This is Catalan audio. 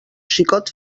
xicot